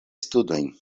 studojn